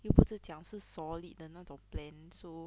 又不是讲是 solid 的那种 plan so